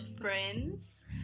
friends